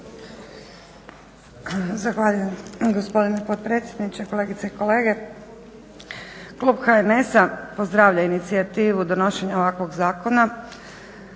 Zahvaljujem gospodine potpredsjedniče. Kolegice i kolege. Klub HNS-a pozdravlja inicijativu donošenja ovakvog zakona